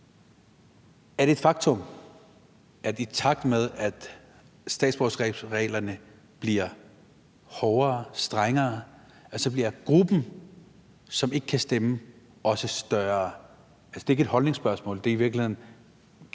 Er det et faktum, at i takt med at statsborgerskabsreglerne bliver hårdere, strengere, så bliver gruppen, som ikke kan stemme, også større? Det er ikke et holdningsspørgsmål.